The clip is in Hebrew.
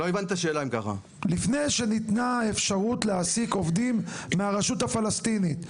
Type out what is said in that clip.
לפני שניתנה אפשרות להעסיק עובדים מהרשות הפלסטינית,